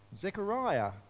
Zechariah